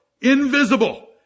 invisible